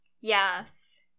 yes